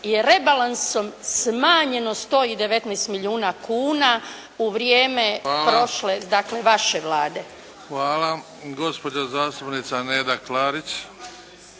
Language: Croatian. je rebalansom smanjeno 119 milijuna kuna u vrijeme prošle, dakle vaše Vlade. **Bebić, Luka (HDZ)** Hvala. Gospođa zastupnica Neda Klarić.